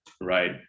right